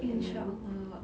inshaallah